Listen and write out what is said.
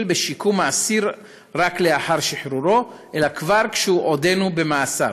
בשיקום האסיר רק לאחר שחרורו אלא כבר כשהוא עודנו במאסר,